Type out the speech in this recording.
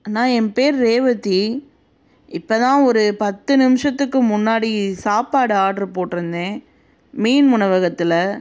அண்ணா என் பேர் ரேவதி இப்போ தான் ஒரு பத்து நிமிஷத்துக்கு முன்னாடி சாப்பாடு ஆட்ரு போட்டிருந்தேன் மீன் உணவகத்தில்